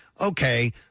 okay